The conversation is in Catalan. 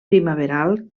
primaveral